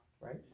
right